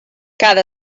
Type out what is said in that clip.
cada